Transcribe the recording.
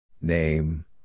Name